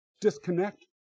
disconnect